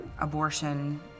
abortion